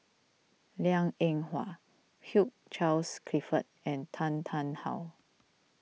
Liang Eng Hwa Hugh Charles Clifford and Tan Tarn How